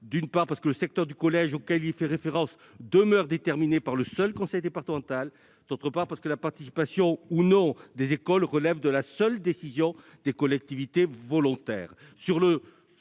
d'une part, le secteur du collège, auquel il est fait référence, demeure déterminé par le seul conseil départemental ; d'autre part, la participation ou non des écoles relève de la seule décision des collectivités volontaires.